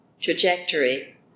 trajectory